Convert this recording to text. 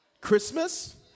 Christmas